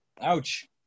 Ouch